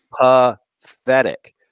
Pathetic